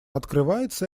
открывается